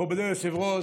מכובדי היושב-ראש,